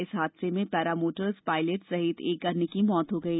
इस हादसे में पैरामोटर्स पायलट सहित एक अन्य की मौत हो गई